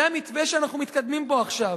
זה המתווה שאנחנו מתקדמים בו עכשיו.